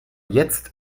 jetzt